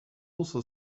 also